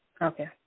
Okay